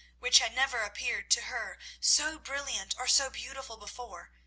which had never appeared to her so brilliant or so beautiful before,